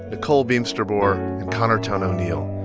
nicole beemsterboer and connor towne o'neill,